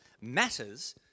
matters